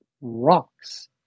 rocks